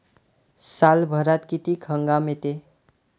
सालभरात किती हंगाम येते?